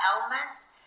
elements